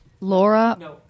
Laura